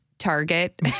Target